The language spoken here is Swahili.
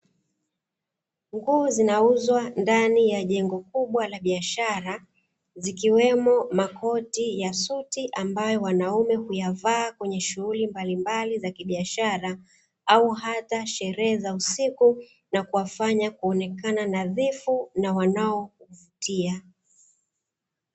Nguo zinauzwa ndani ya jengo kubwa la biashara, zikiwemo; makoti ya suti, ambayo wanaume huyavaa kwenye shughuli mbalimbali za kibiashara au hata sherehe za usiku na kuwafanya kuonekana nadhifu na wanaovutia.